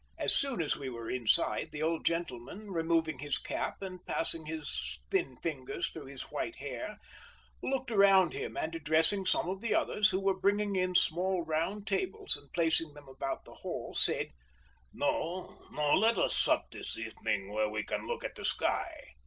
as soon as we were inside, the old gentleman, removing his cap and passing his thin fingers through his white hair looked around him, and addressing some of the others, who were bringing in small round tables and placing them about the hall, said no, no let us sup this evening where we can look at the sky.